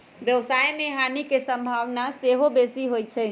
व्यवसाय में हानि के संभावना सेहो बेशी होइ छइ